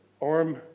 arm